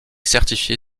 certifié